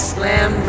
Slam